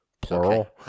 Plural